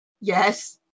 Yes